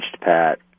Pat